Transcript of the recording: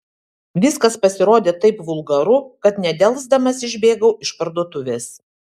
viskas pasirodė taip vulgaru kad nedelsdamas išbėgau iš parduotuvės